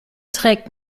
trägt